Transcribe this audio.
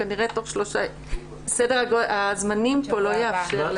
סדר הזמנים פה לא יאפשר.